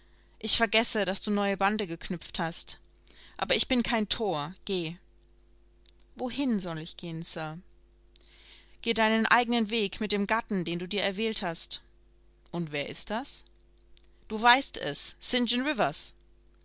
ich vergesse daß du neue bande geknüpft hast aber ich bin kein thor geh wohin soll ich gehen sir geh deinen eigenen weg mit dem gatten den du dir erwählt hast und wer ist das du weißt es st